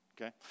okay